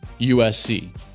USC